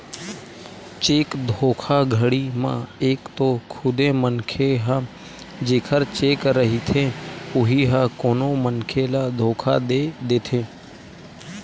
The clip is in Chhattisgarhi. चेक धोखाघड़ी म एक तो खुदे मनखे ह जेखर चेक रहिथे उही ह कोनो मनखे ल धोखा दे देथे